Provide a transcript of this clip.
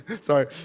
sorry